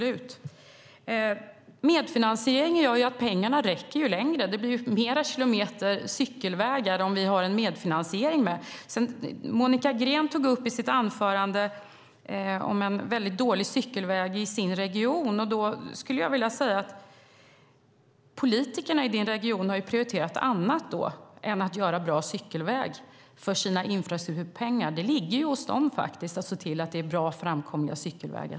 Medfinansiering gör att pengarna räcker längre. Det blir fler kilometer cykelvägar om vi har medfinansiering. Monica Green tog i sitt anförande upp en väldigt dålig cykelväg i sin region. Jag skulle vilja säga att politikerna i din region har prioriterat annat än att göra bra cykelvägar för sina infrastrukturpengar. Det ligger hos dem att se till att det är bra och framkomliga cykelvägar.